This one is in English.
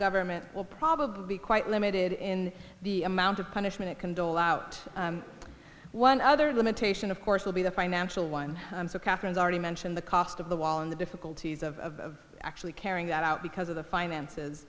government will probably be quite limited in the amount of punishment it can dole out one other limitation of course will be the financial one so catherine's already mentioned the cost of the wall and the difficulties of actually carrying that out because of the finances